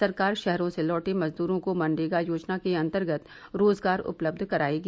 सरकार शहरों से लौटे मजदूरों को मनरेगा योजना के अंतर्गत रोजगार उपलब्ध कराएगी